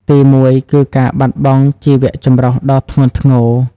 ទីមួយគឺ ការបាត់បង់ជីវចម្រុះ ដ៏ធ្ងន់ធ្ងរ។